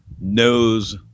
knows